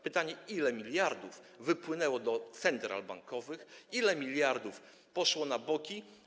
Pytanie, ile miliardów wypłynęło do central bankowych, ile miliardów poszło na boki.